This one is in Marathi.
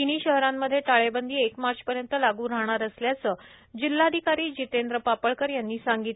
तिन्ही शहरांमध्ये टाळेबंदी एक मार्चपर्यंत लागू राहणार असल्याचं जिल्हाधिकारी जितेंद्र पापळकर यांनी सांगितले